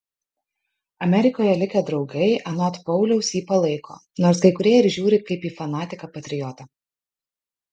amerikoje likę draugai anot pauliaus jį palaiko nors kai kurie ir žiūri kaip į fanatiką patriotą